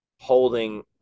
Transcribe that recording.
holding